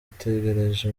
itegereje